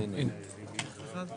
שבתעסוקה - הנתונים של מינהל תכנון,